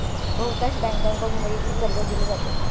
बहुतांश बँकांकडून वैयक्तिक कर्ज दिले जाते